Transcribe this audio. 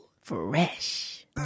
Fresh